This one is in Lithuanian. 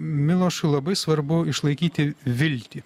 milošui labai svarbu išlaikyti viltį